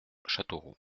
châteauroux